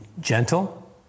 gentle